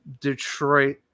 detroit